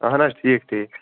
اَہَن حظ ٹھیٖک ٹھیٖک